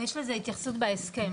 יש לזה התייחסות בהסכם,